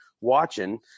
watching